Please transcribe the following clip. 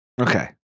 Okay